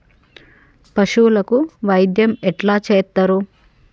పశువులకు వైద్యం ఎట్లా చేత్తరు?